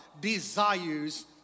desires